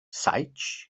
saets